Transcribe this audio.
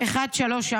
נצביע על --- 1341.